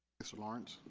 mr. lawrence.